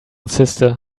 sister